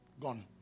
Gone